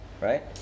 right